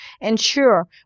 ensure